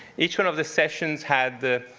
each one of the sessions had the